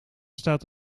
staat